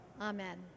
Amen